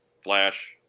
Flash